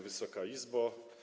Wysoka Izbo!